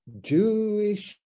Jewish